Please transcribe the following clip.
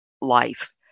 life